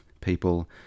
people